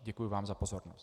Děkuji vám za pozornost.